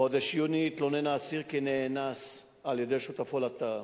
בחודש יוני התלונן האסיר כי נאנס על-ידי שותפו לתא.